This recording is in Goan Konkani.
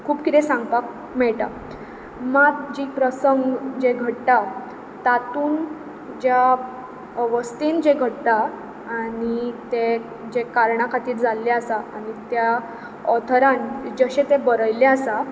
खूब कितें सांगपाक मेळटा मात जी प्रसंग जे घडटात तातूंत ज्या अवस्थेन जे घडटा आनी ते जे कारणा खातीर जाल्ले आसा आनी त्या ऑथरान जशें तें बरयल्लें आसा